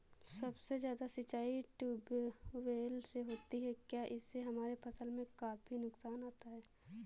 सबसे ज्यादा सिंचाई ट्यूबवेल से होती है क्या इससे हमारे फसल में काफी नुकसान आता है?